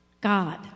God